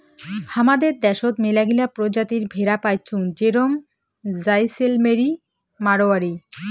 হামাদের দ্যাশোত মেলাগিলা প্রজাতির ভেড়া পাইচুঙ যেরম জাইসেলমেরি, মাড়োয়ারি